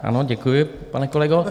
Ano, děkuji, pane kolego.